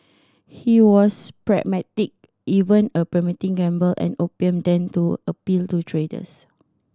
he was pragmatic even a permitting gamble and opium den to appeal to traders